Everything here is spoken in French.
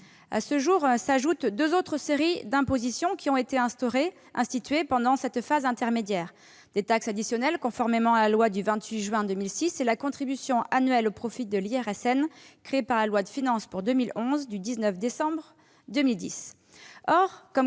À ce jour, s'ajoutent deux autres séries d'imposition qui ont été instituées pendant cette phase intermédiaire : des taxes additionnelles, conformément à la loi du 28 juin 2006, et la contribution annuelle au profit de l'IRSN, créée par la loi de finances pour 2011 du 19 décembre 2010.